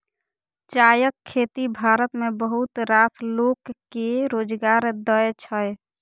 चायक खेती भारत मे बहुत रास लोक कें रोजगार दै छै